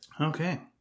Okay